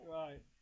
right